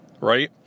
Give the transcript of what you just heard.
right